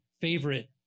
favorite